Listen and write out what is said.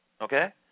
Okay